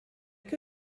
que